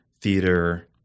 theater